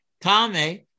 Tame